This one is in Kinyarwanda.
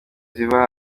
ziva